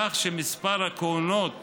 כך שמספר הכהונות